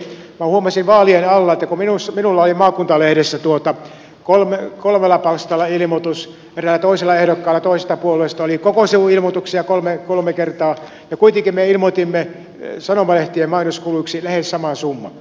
minä huomasin vaalien alla kun minulla oli maakuntalehdessä kolmella palstalla ilmoitus eräällä toisella ehdokkaalla toisesta puolueesta oli koko sivun ilmoituksia kolme kertaa että kuitenkin me ilmoitimme sanomalehtien mainoskuluiksi lähes saman summan